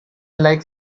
like